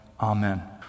Amen